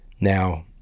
now